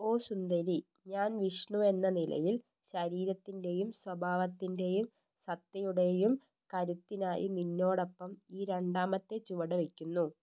ഓ സുന്ദരീ ഞാൻ വിഷ്ണുവെന്ന നിലയിൽ ശരീരത്തിൻ്റെയും സ്വഭാവത്തിൻ്റെയും സത്തയുടെയും കരുത്തിനായി നിന്നോടൊപ്പം ഈ രണ്ടാമത്തെ ചുവട് വയ്ക്കുന്നു